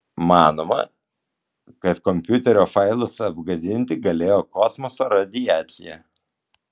manoma kad kompiuterio failus apgadinti galėjo kosmoso radiacija